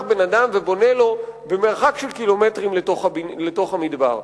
בן-אדם ובונה לו במרחק של קילומטרים לתוך המדבר.